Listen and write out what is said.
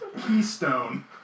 Keystone